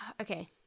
okay